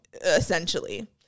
essentially